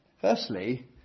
Firstly